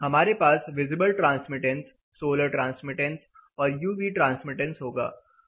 हमारे पास visible transmittance solar transmittance और यू वी ट्रांसमिटेंस होगा